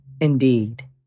indeed